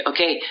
Okay